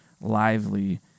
lively